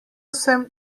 sem